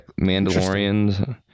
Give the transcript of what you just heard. Mandalorians